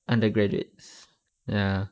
undergraduates ya